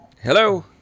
Hello